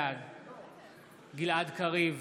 בעד גלעד קריב,